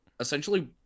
Essentially